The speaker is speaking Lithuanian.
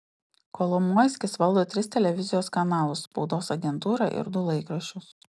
kolomoiskis valdo tris televizijos kanalus spaudos agentūrą ir du laikraščius